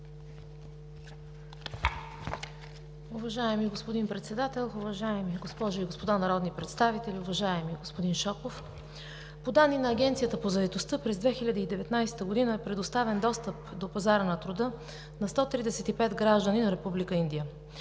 Уважаеми господин Председател, уважаеми госпожи и господа народни представители! Уважаеми господин Шопов, по данни на Агенцията по заетостта през 2019 г. е предоставен достъп до пазара на труда на 135 граждани на Република